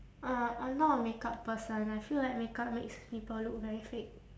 uh I'm not a makeup person I feel like makeup makes people look very fake